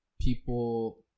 people